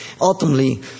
ultimately